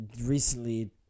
recently